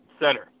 center